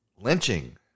lynching